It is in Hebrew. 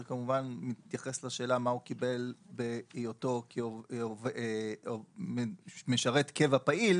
זה כמובן מתייחס לשאלה מה הוא קיבל בהיותו משרת קבע פעיל